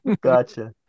Gotcha